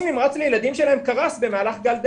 נמרץ לילדים שלהם קרס במהלך גל דלתא.